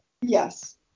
Yes